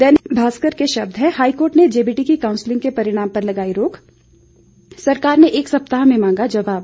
दैनिक भास्कर के शब्द है हाईकोर्ट ने जेबीटी की काउंसलिंग के परिणाम पर लगाई रोक सरकार से एक सप्ताह में मांगा जवाब